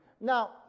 Now